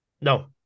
No